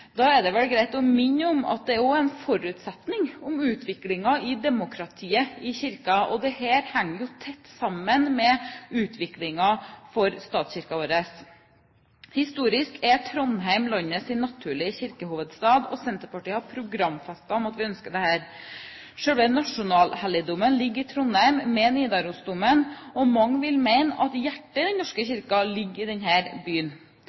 Da er det vel greit å minne om at det der er en forutsetning om utvikling av demokratiet i Kirken, og dette henger jo tett sammen med utviklingen for statskirken vår. Historisk er Trondheim landets naturlige kirkehovedstad, og Senterpartiet har programfestet at vi ønsker dette. Selve nasjonalhelligdommen ligger i Trondheim, med Nidarosdomen, og mange vil mene at hjertet i Den norske kirke ligger i denne byen.